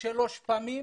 שלוש פעמים